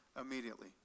immediately